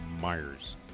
Myers